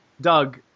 Doug